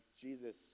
Jesus